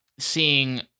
Seeing